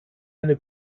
eine